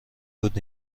بود